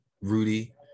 Rudy